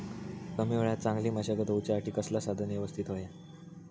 कमी वेळात चांगली मशागत होऊच्यासाठी कसला साधन यवस्तित होया?